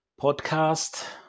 podcast